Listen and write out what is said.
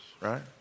right